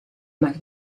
más